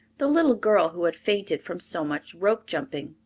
the little girl who had fainted from so much rope jumping.